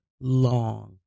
long